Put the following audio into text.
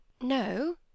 No